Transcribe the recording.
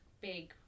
Big